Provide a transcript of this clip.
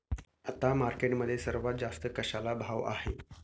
आता मार्केटमध्ये सर्वात जास्त कशाला भाव आहे?